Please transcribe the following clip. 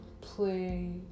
play